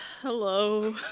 hello